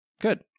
good